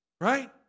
Right